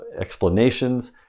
explanations